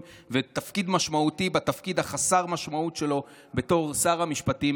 ותפקיד משמעותי בתפקיד חסר המשמעות שלו בתור שר המשפטים,